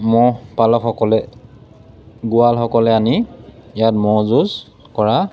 ম'হ পালকসকলে গোৱালসকলে আনি ইয়াত ম'হ যুঁজ কৰা